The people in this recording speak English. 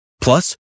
Plus